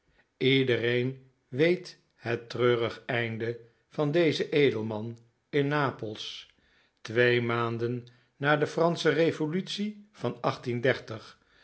iedereen weet het treurig einde van dezen edelman in napels twee maanden na de fransche revolutie van